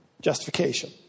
justification